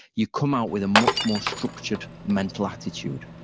you come out with a much more structured mental attitude.